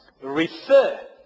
refer